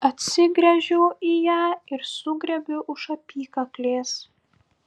atsigręžiu į ją ir sugriebiu už apykaklės